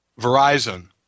verizon